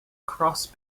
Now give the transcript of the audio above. cross